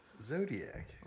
Zodiac